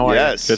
yes